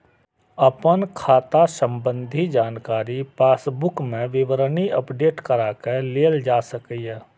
अपन खाता संबंधी जानकारी पासबुक मे विवरणी अपडेट कराके लेल जा सकैए